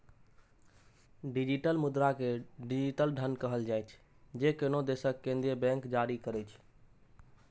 digital मुद्रा कें digital धन कहल जाइ छै, जे कोनो देशक केंद्रीय बैंक जारी करै छै